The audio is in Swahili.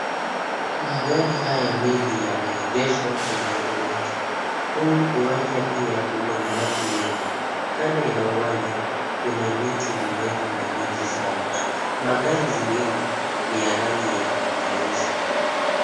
Magari haya mengi yameegeshwa kwenye uwanja. Huu uwanja pia ukona watu wengi. Kando ya uwanja kuna miti mirefu na mingi sana. Magari zingine ni ya rangi ya nyeusi.